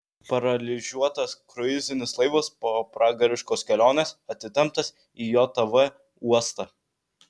paralyžiuotas kruizinis laivas po pragariškos kelionės atitemptas į jav uostą